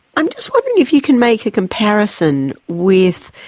i'm just wondering if you can make a comparison with,